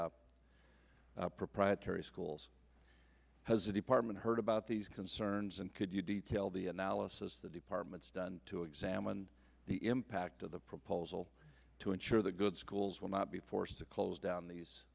proprietary schools has a department heard about these concerns and could you detail the analysis the department's done to examine the impact of the proposal to ensure the good schools will not be forced to close down these